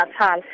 Natal